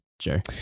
Sure